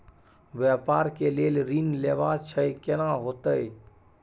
व्यापार के लेल ऋण लेबा छै केना होतै?